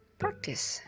practice